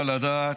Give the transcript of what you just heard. לדעת,